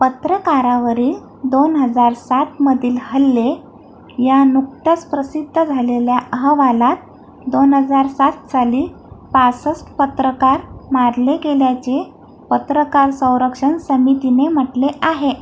पत्रकारावरील दोन हजार सातमधील हल्ले या नुकत्याच प्रसिद्ध झालेल्या अहवालात दोन हजार सात साली पासष्ट पत्रकार मारले गेल्याचे पत्रकार संरक्षण समितीने म्हटले आहे